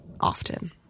often